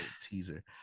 teaser